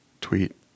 tweet